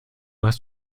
hast